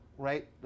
right